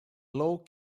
low